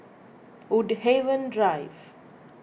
Woodhaven Drive